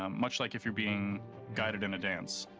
um much like if you're being guided in a dance.